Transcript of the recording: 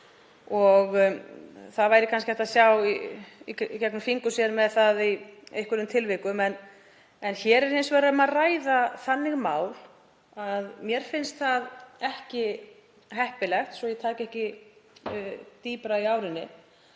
Það væri kannski hægt að sjá í gegnum fingur sér með það í einhverjum tilvikum en hér er hins vegar um að ræða þannig mál að mér finnst það ekki heppilegt, svo að ég taki ekki dýpra í árinni,